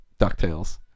DuckTales